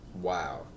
Wow